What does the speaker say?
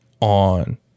on